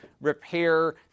repair